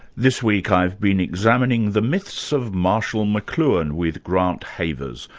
this week, i've been examining the myths of marshall mcluhan with grant havers.